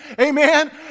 Amen